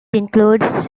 includes